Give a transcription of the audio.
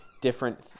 different